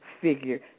figure